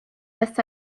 est